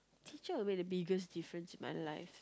teacher make the biggest difference in my life